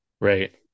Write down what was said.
Right